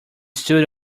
stood